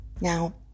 Now